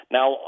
Now